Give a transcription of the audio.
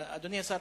אדוני השר,